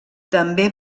també